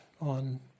on